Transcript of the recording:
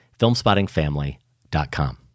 filmspottingfamily.com